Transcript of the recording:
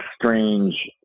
strange